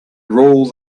rule